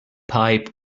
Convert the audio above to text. pipe